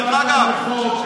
לתיקון החוק.